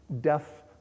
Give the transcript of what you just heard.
death